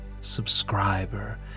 subscriber